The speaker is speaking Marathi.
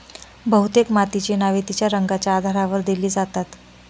बहुतेक मातीची नावे तिच्या रंगाच्या आधारावर दिली जातात